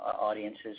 audiences